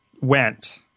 went